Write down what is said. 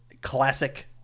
classic